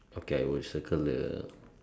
okay I will circle the